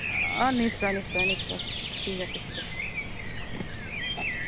অ নিশ্চয় নিশ্চয় নিশ্চয় ঠিক আছে ঠিক আছে